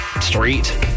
street